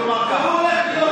והוא הולך להיות ראש הממשלה.